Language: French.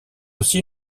aussi